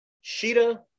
Sheeta